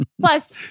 Plus